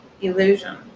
illusion